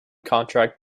contract